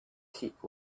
sheep